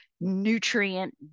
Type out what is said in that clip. nutrient